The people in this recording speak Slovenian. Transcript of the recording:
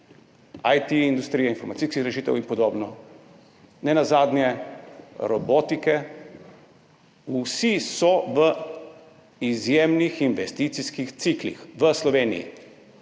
IT industrija, informacijske rešitve in podobno, nenazadnje robotike. Vsi so v izjemnih investicijskih ciklih v Sloveniji.